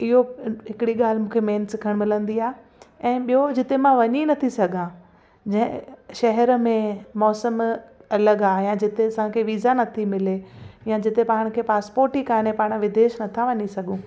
इहो हिकिड़ी ॻाल्हि मूंखे मेन सिखणु मिलंदी आहे ऐं ॿियों जिते मां वञी नथी सघां जंहिं शहर में मौसमु अलॻि आहे या जिते असांखे विज़ा नथी मिले या जिते पाण खे पासपोट ई काने पाणि विदेश नथा वञी सघूं